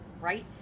right